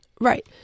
Right